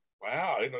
Wow